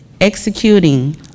executing